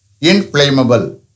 Inflammable